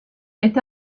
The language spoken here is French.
est